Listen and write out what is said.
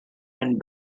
and